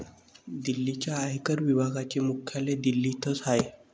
दिल्लीच्या आयकर विभागाचे मुख्यालय दिल्लीतच आहे